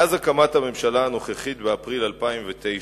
מאז הקמת הממשלה הנוכחית באפריל 2009,